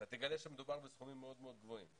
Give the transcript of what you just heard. אתה תגלה שמדובר בסכומים מאוד מאוד גבוהים.